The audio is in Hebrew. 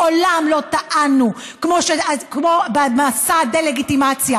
מעולם לא טענו כמו במסע הדה-לגיטימציה